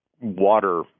water